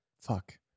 fuck